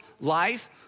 life